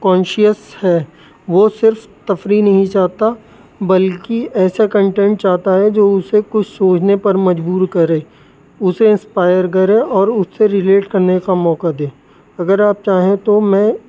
conscious ہے وہ صرف تفریح نہیں چاہتا بلکہ ایسا کنٹینٹ چاہتا ہے جو اسے کچھ سوچنے پر مجبور کرے اسے انسپائر کرے اور اس سے ریلیٹ کرنے کا موقع دے اگر آپ چاہیں تو میں